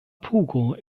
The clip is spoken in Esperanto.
pugo